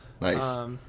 nice